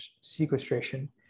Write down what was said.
sequestration